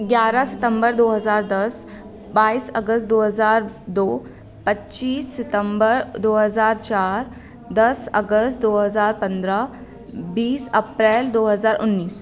ग्यारह सितम्बर दो हज़ार दस बाईस अगस्त दो हज़ार दो पच्चीस सितम्बर दो हज़ार चार दस अगस्त दो हज़ार पंद्रह बीस अप्रैल दो हज़ार उन्नीस